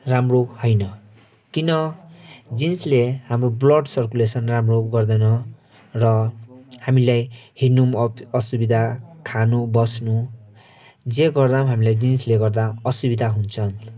राम्रो होइन किन जिन्सले हाम्रो ब्लड सर्कुलेसन राम्रो गर्दैन र हामीलाई हिँड्नु पनि अप असुविधा खानु बस्नु जे गर्दा पनि हामीलाई जिन्सले गर्दा असुविधा हुन्छ